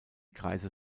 kreise